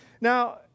Now